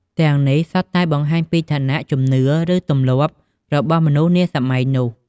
ទាំងនេះសុទ្ធតែបង្ហាញពីឋានៈ ជំនឿ ឬទម្លាប់របស់មនុស្សនាសម័យនោះ ។